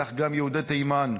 כך גם יהודי תימן,